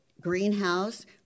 greenhouse